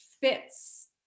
fits